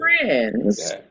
friends